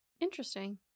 Interesting